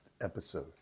episode